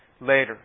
later